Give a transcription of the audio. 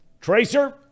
Tracer